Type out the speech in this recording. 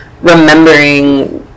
remembering